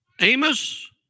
Amos